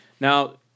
Now